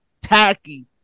tacky